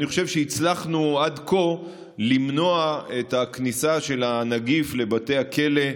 אני חושב שהצלחנו עד כה למנוע את הכניסה של הנגיף לבתי הכלא.